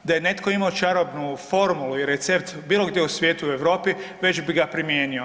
Da je netko imao čarobnu formulu i recept bilo gdje u svijetu i u Europi već bi ga primijenio.